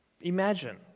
Imagine